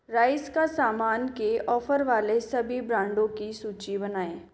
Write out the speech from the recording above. rice का सामान के ऑफ़र वाले सभी ब्रांडों की सूची बनाएँ